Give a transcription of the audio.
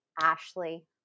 Ashley